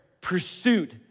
pursuit